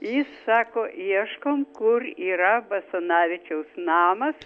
jis sako ieškom kur yra basanavičiaus namas